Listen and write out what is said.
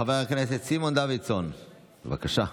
חבר הכנסת סימון דוידסון, בבקשה.